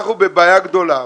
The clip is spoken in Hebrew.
אנחנו בבעיה גדולה.